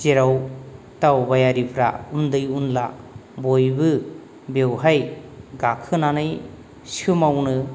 जेराव दावबायारिफ्रा उन्दै उनला बयबो बेवहाय गाखोनानै सोमावनो